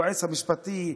היועץ המשפטי.